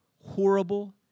horrible